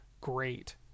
great